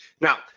Now